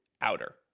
Outer